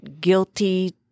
guilty